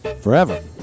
forever